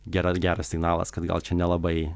gera geras signalas kad gal čia nelabai